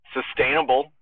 sustainable